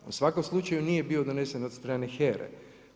U svakom slučaju nije bio donesen od strane HERA-e.